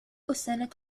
السنة